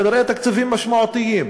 כנראה תקציבים משמעותיים,